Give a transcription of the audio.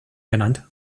genannt